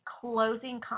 closing